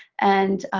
and